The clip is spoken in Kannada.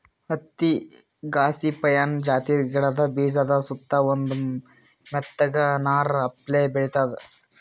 ಹತ್ತಿ ಗಾಸಿಪಿಯನ್ ಜಾತಿದ್ ಗಿಡದ ಬೀಜಾದ ಸುತ್ತಾ ಒಂದ್ ಮೆತ್ತಗ್ ನಾರ್ ಅಪ್ಲೆ ಬೆಳಿತದ್